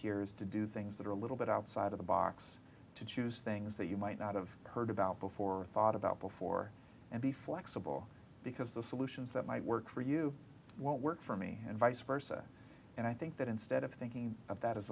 here is to do things that are a little bit outside of the box to choose things that you might not of heard about before thought about before and be flexible because the solutions that might work for you won't work for me and vice versa and i think that instead of thinking of that as